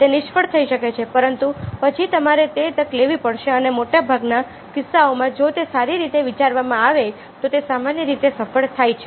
તે નિષ્ફળ થઈ શકે છે પરંતુ પછી તમારે તે તક લેવી પડશે અને મોટાભાગના કિસ્સાઓમાં જો તે સારી રીતે વિચારવામાં આવે તો તે સામાન્ય રીતે સફળ થાય છે